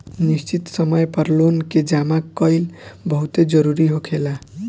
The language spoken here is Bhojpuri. निश्चित समय पर लोन के जामा कईल बहुते जरूरी होखेला